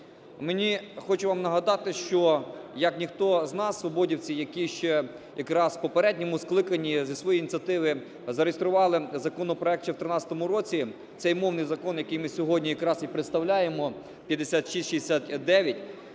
Мені, хочу вам нагадати, що як ніхто з нас, свободівці, які ще якраз в попередньому скликанні зі своєї ініціативи зареєстрували законопроект ще в 13-му році, цей мовний закон, який ми сьогодні якраз і представляємо, 5669.